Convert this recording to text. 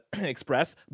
express